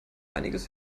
einiges